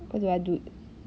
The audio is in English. what did I do